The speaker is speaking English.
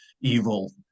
evil